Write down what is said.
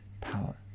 power